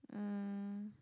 um